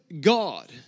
God